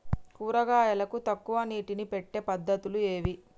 కూరగాయలకు తక్కువ నీటిని పెట్టే పద్దతులు ఏవి?